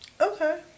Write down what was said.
Okay